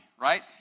right